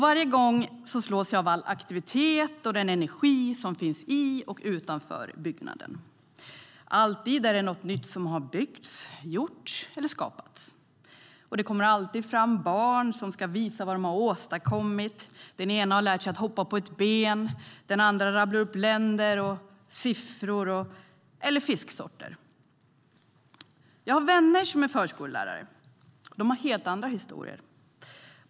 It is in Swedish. Varje gång slås jag av all aktivitet och den energi som finns i och utanför byggnaden. Alltid är det något nytt som har byggts, gjorts eller skapats. Det kommer alltid fram barn som ska visa vad de har åstadkommit. Den ena har lärt sig hoppa på ett ben, den andra rabblar upp länder, siffror eller fisksorter. Jag har vänner som är förskollärare. De har helt andra historier.